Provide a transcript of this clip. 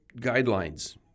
guidelines